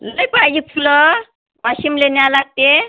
लई पाहिजेत फुलं वाशिमला न्यावं लागते